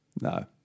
No